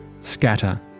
scatter